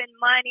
money